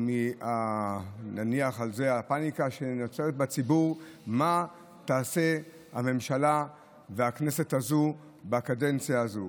או הפניקה שנוצרה בציבור ממה שתעשה הממשלה והכנסת הזו בקדנציה הזו,